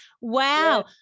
wow